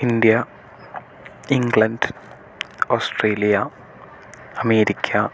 India England Australia America